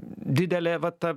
didelė va ta